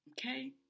Okay